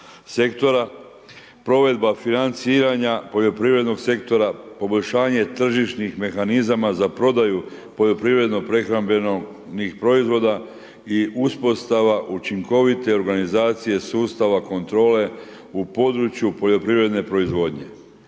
sektora, provedba financiranja poljoprivrednog sektora, poboljšanje tržišnih mehanizama za prodaju prehrambenih proizvoda i uspostava učinkovite organizacije sustava kontrole u području poljoprivredne proizvodnje,